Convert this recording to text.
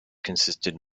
consisted